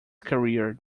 career